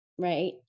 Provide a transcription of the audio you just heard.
Right